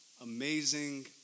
amazing